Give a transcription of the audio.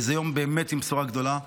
זה באמת יום עם בשורה גדולה.